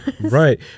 Right